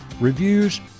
reviews